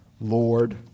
Lord